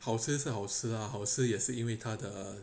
好吃是好吃 ah 好吃也是因为它的